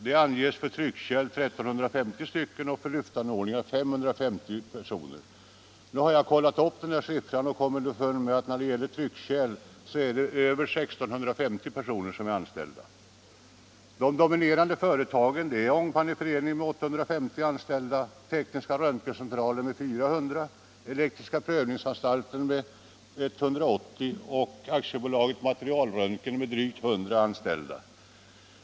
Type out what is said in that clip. Med provning av tryckkärl anges 1 350 personer vara verksamma och med provning av lyftanordningar 550 personer. Jag har kollat dessa siffror och kommit underfund med att det är över 1650 personer som är verksamma med provning av tryckkärl. De dominerande företagen på området är Ångpanneföreningen med 850 anställda, Tekniska Röntgencentralen med 400, Elektriska Prövningsanstalten med 180 och AB Materialröntgen med 100 anställda.